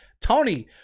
Tony